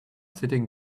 sitting